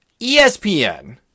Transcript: ESPN